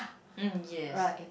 mm yes